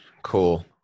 cool